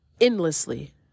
endlessly